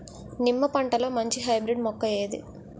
నిమ్మ పంటలో మంచి హైబ్రిడ్ మొక్క ఏది?